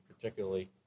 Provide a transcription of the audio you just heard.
particularly